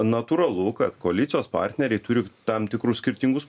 natūralu kad koalicijos partneriai turi tam tikrus skirtingus